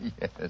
yes